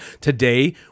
Today